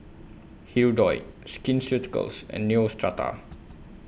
Hirudoid Skin Ceuticals and Neostrata